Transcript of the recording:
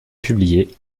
publié